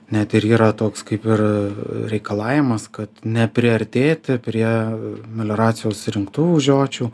net ir yra toks kaip ir reikalavimas kad nepriartėti prie melioracijos rinktų žiočių